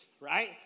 right